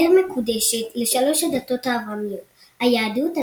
העיר מקודשת לשלוש הדתות האברהמיות היהדות,